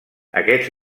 aquests